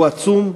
הוא עצום,